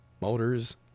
motors